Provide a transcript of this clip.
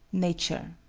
nature.